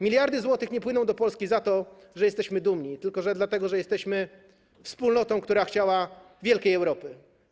Miliardy złotych nie płyną do Polski za to, że jesteśmy dumni, tylko dlatego, że jesteśmy wspólnotą, która chciała wielkiej Europy.